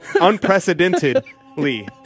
unprecedentedly